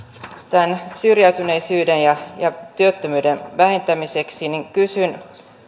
tämän syrjäytyneisyyden ja ja työttömyyden vähentämiseksi niin kysyn